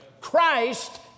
Christ